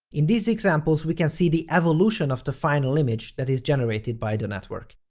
in these examples, we can see the evolution of the final image that is generated by the network.